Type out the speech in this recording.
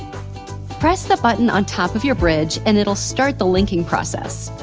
press the button on top of your bridge and it'll start the linking process.